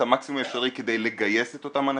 המקסימום האפשרי כדי לגייס את אותם אנשים,